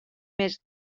més